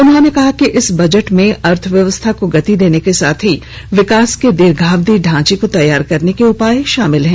उन्होंने कहा कि इस बजट में अर्थव्यवस्था को गति देने के साथ ही विकास के दीर्घावधि ढांचे को तैयार करने के उपाय शामिल हैं